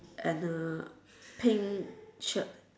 and a pink shirt